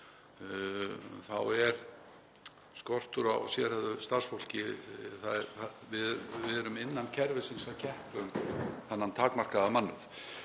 Það er skortur á sérhæfðu starfsfólki og við erum innan kerfisins að keppa um þennan takmarkaða mannauð.